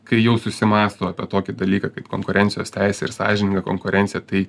kai jau susimąsto apie tokį dalyką kaip konkurencijos teisė ir sąžininga konkurencija tai